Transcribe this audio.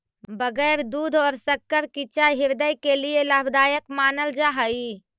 बगैर दूध और शक्कर की चाय हृदय के लिए लाभदायक मानल जा हई